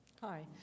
Hi